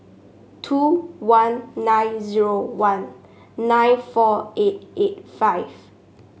two one nine zero one nine four eight eight five